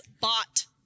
bought